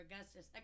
Augustus